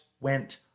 went